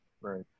Right